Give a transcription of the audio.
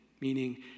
meaning